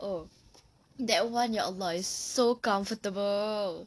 oh that one ya allah it's so comfortable